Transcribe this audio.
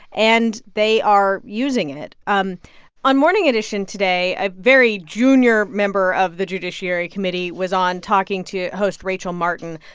and they are using it. um on morning edition today, a very junior member of the judiciary committee was on talking to host rachel martin.